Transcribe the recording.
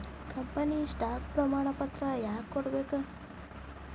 company stock ಪ್ರಮಾಣಪತ್ರ ಯಾಕ ಕೊಡ್ಬೇಕ್